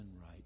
right